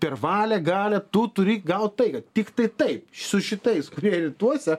per valią galią tu turi gaut taiką tiktai taip su šitais kurie rytuose